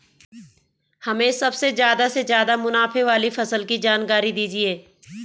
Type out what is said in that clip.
हमें सबसे ज़्यादा से ज़्यादा मुनाफे वाली फसल की जानकारी दीजिए